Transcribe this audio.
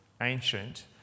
ancient